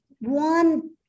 one